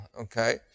Okay